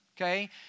Okay